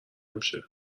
میشه